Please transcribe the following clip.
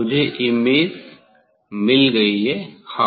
मुझे इमेज मिल गई हाँ